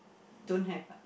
don't have ah